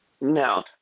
No